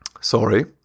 Sorry